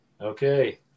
Okay